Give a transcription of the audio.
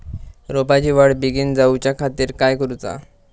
रोपाची वाढ बिगीन जाऊच्या खातीर काय करुचा?